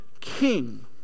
king